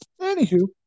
Anywho